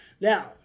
Now